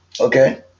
Okay